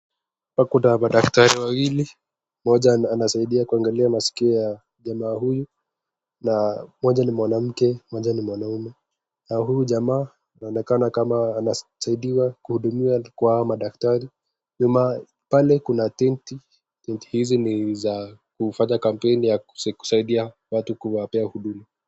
Hapa kuna madaktari wawili, mmoja anasaidia kuangalia masikio ya jamaa huyu na mmoja ni mwanamke, mmoja ni mwanaume. Na huyu jamaa anaonekana kama anasaidiwa kuhudumiwa na hawa madaktari. Nyuma pale kuna tent. Tent hizi ni za kufanya kampeni ya kusaidia watu kuwapea huduma.